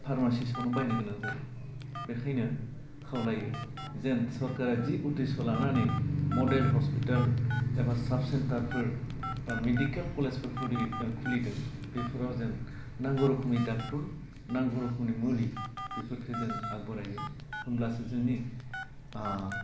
फार्मासिसखौनो बायनो गोनां जायो बेखायनो खावलायो जेन सरकारा जि उदेस्य' लानानै मडेल हस्पिताल एबा साब सेन्टारफोर बा मिडिकेल कलेज खुलिदों बेफोराव जेन नांगौ रोखोमनि डाक्टर नांंगौ रोखोमनि मुलि बेफोरखौ जों आग बरायो होनबासो जोंनि अह